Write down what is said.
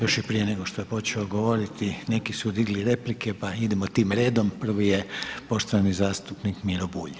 Još i prije nego što je počeo govoriti neki su digli replike pa idemo tim redom, prvi je poštovani zastupnik Miro Bulj.